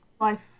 life